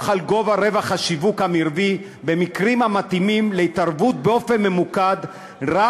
על גובה רווח השיווק המרבי במקרים המתאימים להתערבות באופן ממוקד רק